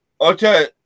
Okay